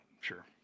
sure